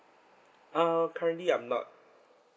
uh currently I'm not